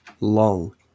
long